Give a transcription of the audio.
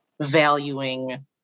valuing